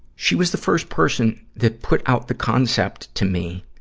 she was the first person that put out the concept to me,